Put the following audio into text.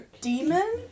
Demon